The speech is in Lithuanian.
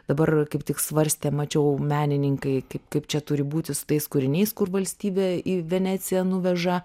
dabar kaip tik svarstė mačiau menininkai kaip kaip čia turi būti su tais kūriniais kur valstybė į veneciją nuveža